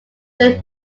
norse